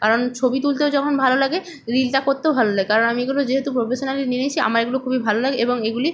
কারণ ছবি তুলতেও যখন ভালো লাগে রিলটা করতেও ভালো লাগে কারণ আমি এগুলো যেহেতু প্রফেশনালি নিয়ে নিয়েছি আমার এগুলো খুবই ভালো লাগে এবং এগুলি